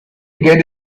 get